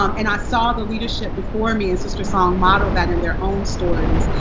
um and i saw the leadership before me, in sistersong, model that in their own stories.